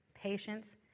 patience